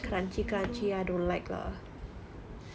!hais! such a weirdo